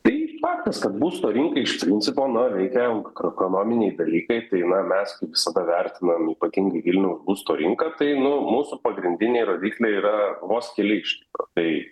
tai faktas kad būsto rinką iš principo na veikia makroekonominiai dalykai tai na mes kaip visada vertinam ypatingai vilniuje būsto rinką tai nu mūsų pagrindiniai rodikliai yra vos keli iš tikro tai